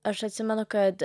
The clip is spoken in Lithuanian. aš atsimenu kad